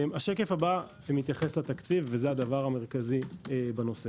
השקף הבא מתייחס לתקציב, וזה הדבר המרכזי בנושא.